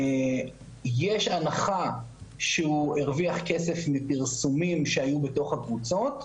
יש הנחה שהוא הרוויח כסף מפרסומים שהיו בתוך הקבוצות,